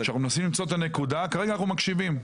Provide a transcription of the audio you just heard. כרגע אנחנו מקשיבים,